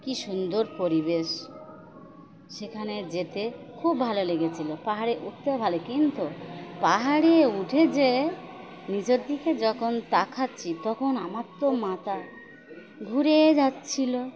কী সুন্দর পরিবেশ সেখানে যেতে খুব ভালো লেগেছিল পাহাড়ে উঠতেও ভালো কিন্তু পাহাড়ে উঠে যে নিচের দিকে যখন তাকাচ্ছি তখন আমার তো মাথা ঘুরে যাচ্ছিল